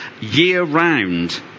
year-round